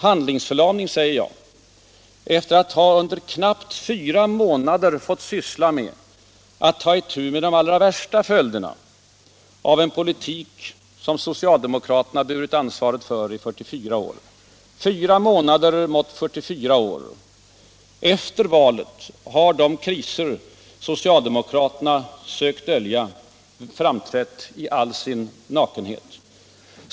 Hur kan herr Palme tala om handlingsförlamning, när vi under knappt fyra månader fått ägna oss åt att ta itu med de allra värsta följderna av en politik som socialdemokraterna burit ansvaret för i 44 år? Efter valet har de kriser som socialdemokraterna sökt dölja framträtt i all sin nakenhet.